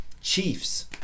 chiefs